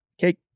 Cake